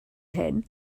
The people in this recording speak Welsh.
hyn